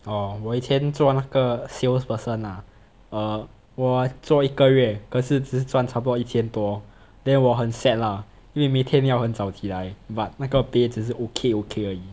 哦我以前做那个 salesperson lah err 我做一个月可是只赚差不多一千多 then 我很 sad lah 因为明天要很早起来 but 那个 pay 只是 okay okay 而已